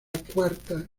cuarta